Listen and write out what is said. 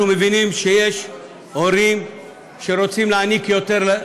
אנחנו מבינים שיש הורים שרוצים להעניק יותר.